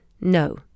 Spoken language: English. No